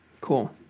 Cool